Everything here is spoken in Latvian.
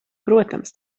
protams